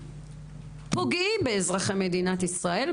פוגעים באזרחי מדינת ישראל,